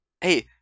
hey